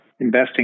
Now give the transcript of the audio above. investing